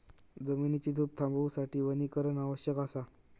जमिनीची धूप थांबवूसाठी वनीकरण आवश्यक असा